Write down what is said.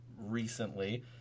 recently